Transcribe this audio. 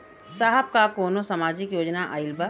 साहब का कौनो सामाजिक योजना आईल बा?